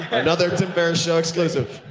another tim ferriss show exclusive.